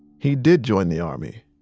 he did join the army.